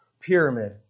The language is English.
pyramid